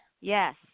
Yes